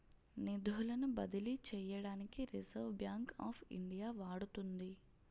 నిధులను బదిలీ చేయడానికి రిజర్వ్ బ్యాంక్ ఆఫ్ ఇండియా వాడుతుంది